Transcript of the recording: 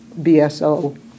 BSO